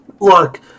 look